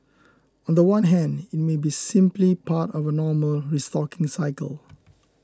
on the one hand it may be simply part of a normal restocking cycle